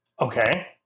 Okay